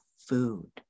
food